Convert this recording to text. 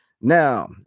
Now